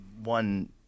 one